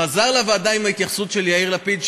חזר לוועדה עם ההתייחסות של יאיר לפיד,